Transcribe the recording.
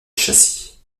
châssis